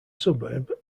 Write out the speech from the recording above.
suburb